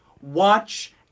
watch